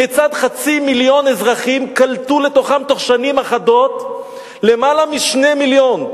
כיצד חצי מיליון אזרחים קלטו לתוכם תוך שנים אחדות למעלה מ-2 מיליון,